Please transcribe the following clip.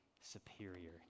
superior